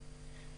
נכון.